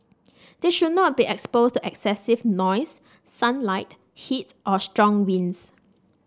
they should not be exposed to excessive noise sunlight heat or strong winds